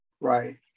right